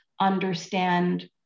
understand